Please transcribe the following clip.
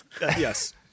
Yes